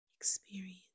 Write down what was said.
experience